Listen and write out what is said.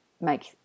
make